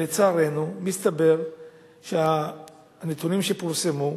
לצערנו, מסתבר שלפי הנתונים שפורסמו,